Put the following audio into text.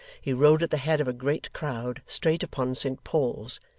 he rode at the head of a great crowd straight upon saint paul's,